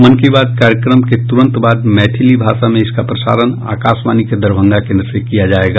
मन की बात कार्यक्रम के तुरंत बाद मैथिली भाषा में इसका प्रसारण आकाशवाणी के दरभंगा केन्द्र से किया जायेगा